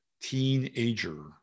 teenager